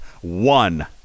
one